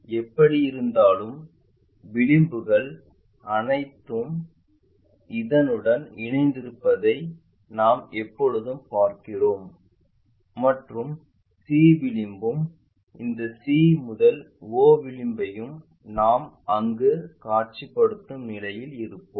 எப்படியிருந்தாலும் விளிம்புகள் அதனுடன் இணைந்திருப்பதை நாம் எப்போதும் பார்க்கிறோம் மற்றும் c விளிம்பும் எந்த c முதல் o விளிம்பையும் நாம் அங்கு காட்சிப்படுத்தும் நிலையில் இருப்போம்